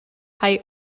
hij